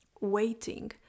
waiting